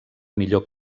millor